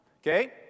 Okay